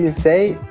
and say,